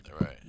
Right